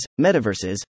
metaverses